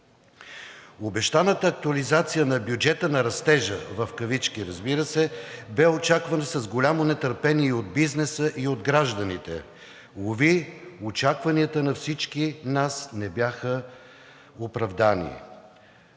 Обещаната актуализация на бюджета на растежа, в кавички, разбира се, бе очакван с голямо нетърпение и от бизнеса, и от гражданите. Уви, очакванията на всички нас не бяха оправдани.